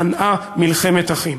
מנעה מלחמת אחים.